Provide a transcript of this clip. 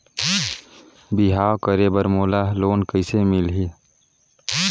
बिहाव करे बर मोला लोन कइसे मिलही?